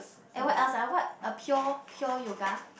and what else ah what a pure pure yoga